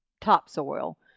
topsoil